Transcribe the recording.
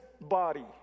body